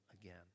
again